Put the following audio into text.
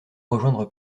rejoindre